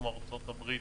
כמו ארצות הברית,